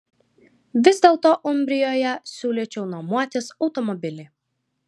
vis dėlto umbrijoje siūlyčiau nuomotis automobilį